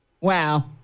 wow